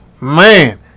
Man